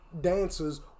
dancers